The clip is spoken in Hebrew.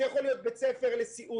זה יכול להיות בית ספר לסיעוד,